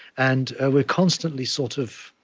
and ah we're constantly, sort of,